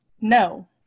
no